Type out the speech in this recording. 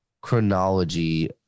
chronology